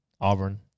Auburn